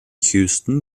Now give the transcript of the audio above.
heuston